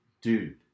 dude